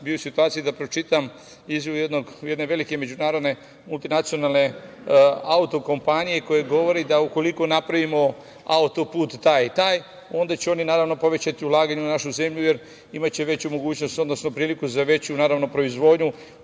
bio u situaciji da pročitam izjavu jedne velike međunarodne multinacionalne auto-kompanije koja govori da ukoliko napravimo auto-put taj i taj, onda će oni naravno povećati ulaganja u našu zemlju, jer imaće veću mogućnost, odnosno priliku za veću proizvodnju. Ovde